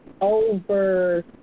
over